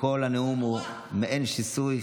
וכל הנאום הוא מעין שיסוי,